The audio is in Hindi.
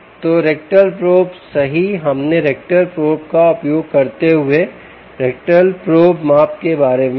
तो रेक्टल प्रोब सही हमने रेक्टल प्रोब का उपयोग करते हुए रेक्टल प्रोब माप के बारे में कहा